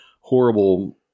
horrible